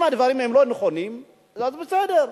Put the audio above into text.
אם הדברים לא נכונים, אז בסדר,